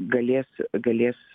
galės galės